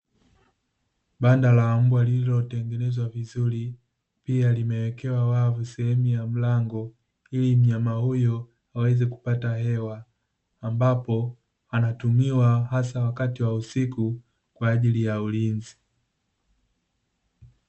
Banda la mbwa lililotengenezwa vizuri pia limewekewa wavu sehemu ya mlango ili mnyama huyo aweze kupata hewa ambapo anatumiwa hasa wakati wa usiku kwa ajili ya ulinzi.